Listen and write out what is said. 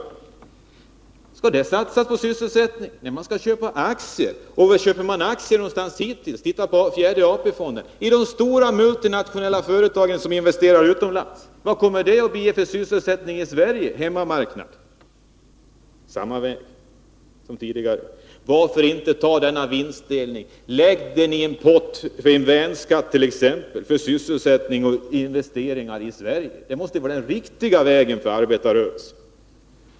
Skall man med detta vinstdelningssystem satsa på sysselsättning? Nej, man skall köpa aktier. Och var har man köpt aktier hittills? Det är bara att titta på fjärde AP-fonden — i de stora multinationella företagen som investerar utomlands. Vad kommer det att ge för sysselsättning i Sverige, för hemmamarknaden? Man går samma väg som tidigare. Varför inte ta de pengar som man får genom en vinstdelning och lägga demi en pott fört.ex. en värnskatt, för sysselsättning och investeringar i Sverige. Det måste vara den riktiga vägen för arbetarrörelsen.